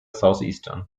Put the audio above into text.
southeastern